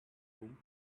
room